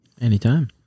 Anytime